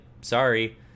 sorry